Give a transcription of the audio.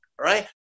right